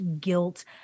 guilt